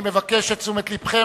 אני מבקש את תשומת לבכם.